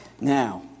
Now